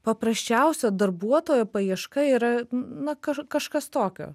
paprasčiausia darbuotojo paieška yra na kažkažkas tokio